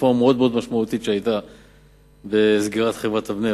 רפורמה מאוד משמעותית שהיתה בסגירת חברת "אבנר"